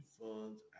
funds